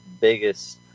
biggest